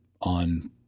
on